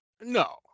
No